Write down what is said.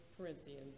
Corinthians